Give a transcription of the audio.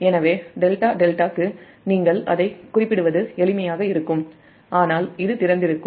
எனவே ∆ ∆க்கு நீங்கள் அதைக் குறிப்பிடுவது எளிமையாக இருக்கும் ஆனால் இது திறந்திருக்கும்